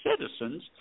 citizens